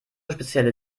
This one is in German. spezielle